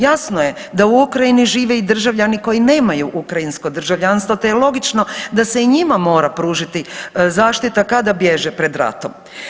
Jasno je da u Ukrajini žive i državljani koji nemaju ukrajinsko državljanstvo te je logično da se i njima mora pružiti zaštita kada bježe pred ratom.